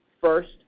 First